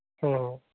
ᱦᱮᱸ